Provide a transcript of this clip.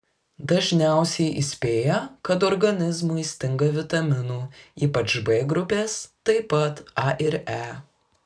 dažniausiai įspėja kad organizmui stinga vitaminų ypač b grupės taip pat a ir e